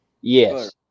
Yes